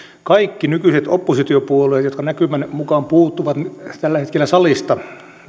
kaikki nykyiset oppositiopuolueet jotka näkymän mukaan puuttuvat tällä hetkellä salista